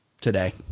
today